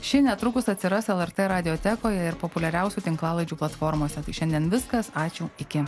ši netrukus atsiras lrt radiotekoje ir populiariausių tinklalaidžių platformose tai šiandien viskas ačiū iki